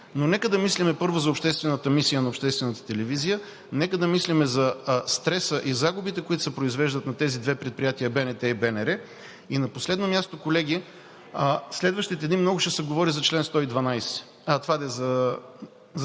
но нека да мислим първо за обществената мисия на обществената телевизия, нека да мислим за стреса и загубите, които се произвеждат, на тези две предприятия – БНТ и БНР. На последно място, колеги, в следващите дни много ще се говори за 112-ото място.